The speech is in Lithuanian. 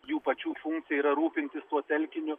jų pačių funkcija yra rūpintis tuo telkiniu